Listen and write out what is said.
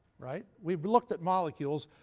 right? we've looked at molecules.